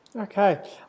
Okay